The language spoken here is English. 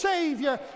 Savior